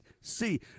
See